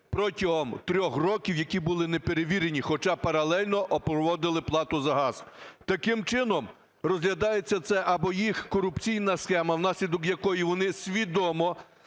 протягом 3 років, які були не перевірені, хоча паралельно проводили плату за газ. Таким чином, розглядається… це або їх корупційна схема, внаслідок якої вони свідомо